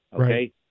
okay